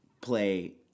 play